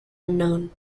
unknown